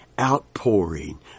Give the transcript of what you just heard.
outpouring